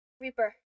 Reaper